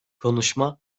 konuşma